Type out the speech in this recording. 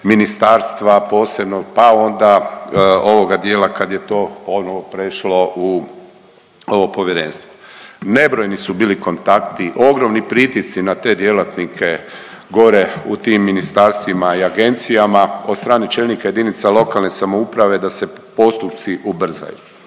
ministarstva posebno, pa onda ovoga dijela kad je to, ono prešlo u ovo povjerenstvo. Nebrojeni su bili kontakti, ogromni pritisci na te djelatnike gore u tim ministarstvima i agencijama od strane čelnika JLS da se postupci ubrzaju.